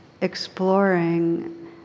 exploring